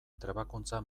trebakuntza